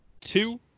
Two